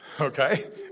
okay